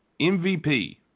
MVP